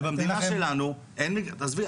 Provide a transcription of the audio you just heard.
ובמדינה שלנו אין עזבי,